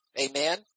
Amen